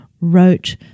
wrote